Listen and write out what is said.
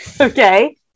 Okay